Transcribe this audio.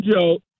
joke